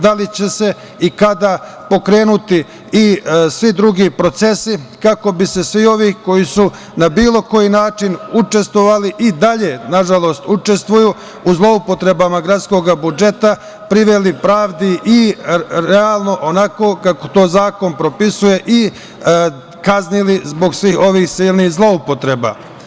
Da li će se i kada pokrenuti i svi drugi procesi kako bi se svi ovi koji su na bilo koji način učestvovali, i dalje nažalost učestvuju u zloupotrebama gradskog budžeta, priveli pravdi i realno onako kako to zakon propisuje kaznili zbog svih ovih silnih zloupotreba?